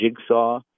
jigsaw